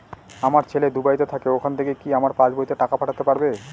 আমার ছেলে দুবাইতে থাকে ওখান থেকে কি আমার পাসবইতে টাকা পাঠাতে পারবে?